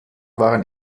waren